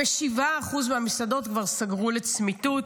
7% מהמסעדות כבר סגרו לצמיתות.